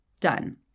Done